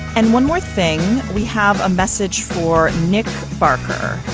and one more thing. we have a message for nick parker.